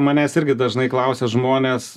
manęs irgi dažnai klausia žmonės